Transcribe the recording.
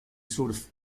surf